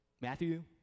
Matthew